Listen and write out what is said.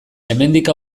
hemendik